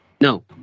No